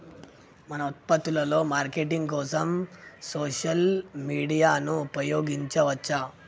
మన ఉత్పత్తుల మార్కెటింగ్ కోసం సోషల్ మీడియాను ఉపయోగించవచ్చా?